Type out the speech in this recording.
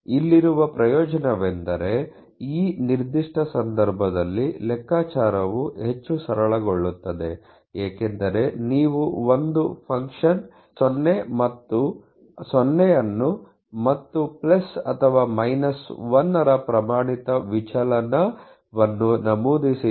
ಇಲ್ಲಿರುವ ಪ್ರಯೋಜನವೆಂದರೆ ಈ ನಿರ್ದಿಷ್ಟ ಸಂದರ್ಭದಲ್ಲಿ ಲೆಕ್ಕಾಚಾರವು ಹೆಚ್ಚು ಸರಳಗೊಳ್ಳುತ್ತದೆ ಏಕೆಂದರೆ ನೀವು ಒಂದು ಫಂಕ್ಷನ್ 0 ಅನ್ನು ಮತ್ತು ಅಥವಾ 1 ರ ಪ್ರಮಾಣಿತ ವಿಚಲನ ವನ್ನು ನಮೂದಿಸಿದಂತೆ ನೀವು ಅದನ್ನು ಅಳವಡಿಸುತ್ತಿದ್ದೀರಿ